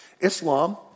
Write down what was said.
Islam